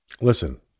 Listen